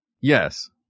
Yes